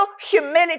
humility